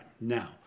now